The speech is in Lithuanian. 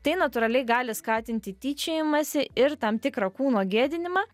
tai natūraliai gali skatinti tyčiojimąsi ir tam tikrą kūno gėdinimą